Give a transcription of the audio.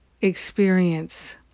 experience